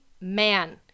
man